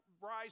rise